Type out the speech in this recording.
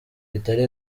bitari